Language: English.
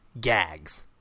gags